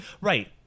Right